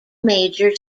major